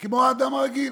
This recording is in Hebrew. כמו האדם הרגיל?